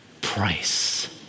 price